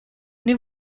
ogni